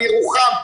על ירוחם,